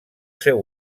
seu